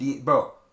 Bro